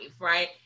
right